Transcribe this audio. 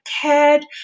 cared